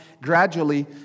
gradually